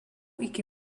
iki